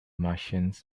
martians